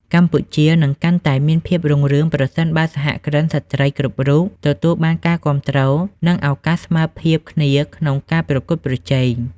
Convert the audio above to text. កម្ពុជានឹងកាន់តែមានភាពរុងរឿង ប្រសិនបើសហគ្រិនស្ត្រីគ្រប់រូបទទួលបានការគាំទ្រ និងឱកាសស្មើភាពគ្នាក្នុងការប្រកួតប្រជែង។